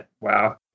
Wow